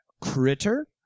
Critter